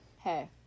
hey